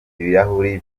ibirahure